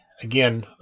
again